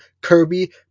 Kirby